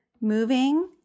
Moving